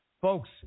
Folks